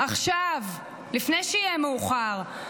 עכשיו, לפני שיהיה מאוחר.